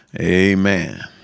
Amen